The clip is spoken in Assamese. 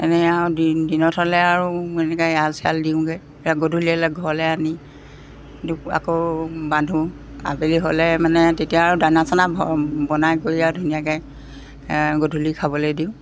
এনেই আৰু দিনত হ'লে আৰু এনেকৈ এৰাল চেৰাল দিওঁগৈ গধূলী হ'লে ঘৰলৈ আনি আকৌ দুপ বান্ধো আবেলি হ'লে মানে তেতিয়া আৰু দানা চানা বনাই কৰি আৰু ধুনীয়াকৈ গধূলি খাবলৈ দিওঁ